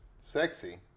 sexy